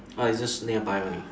Oh it's just nearby only